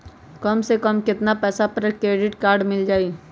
सबसे कम कतना पैसा पर क्रेडिट काड मिल जाई?